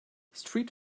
street